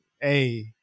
Hey